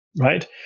right